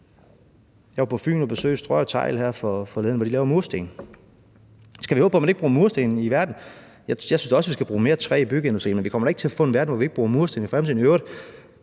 forleden på Fyn og besøgte Strøjer Tegl, hvor de laver mursten. Skal vi håbe på, at man ikke bruger mursten i verden? Jeg synes da også, at vi skal bruge mere træ i byggeindustrien, men vi kommer da ikke til at få en verden, hvor vi ikke bruger mursten i fremtiden. I øvrigt